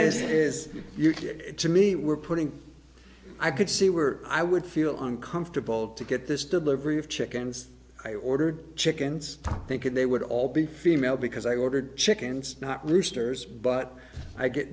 it to me were putting i could see were i would feel uncomfortable to get this delivery of chickens i ordered chickens thinking they would all be female because i ordered chickens not roosters but i get